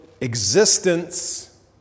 existence